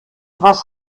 was